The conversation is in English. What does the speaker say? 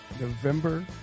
November